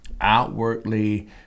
outwardly